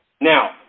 Now